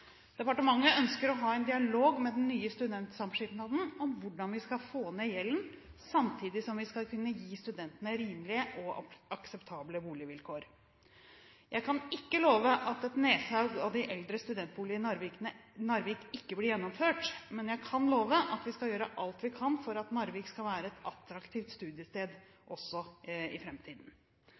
Departementet ønsker å ha en dialog med den nye studentsamskipnaden om hvordan vi skal få ned gjelden, samtidig som vi skal kunne gi studentene rimelige og akseptable boligvilkår. Jeg kan ikke love at et nedsalg av de eldre studentboligene i Narvik ikke blir gjennomført, men jeg kan love at vi skal gjøre alt vi kan for at Narvik skal være et attraktivt studiested også i